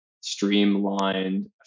streamlined